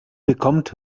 bekommt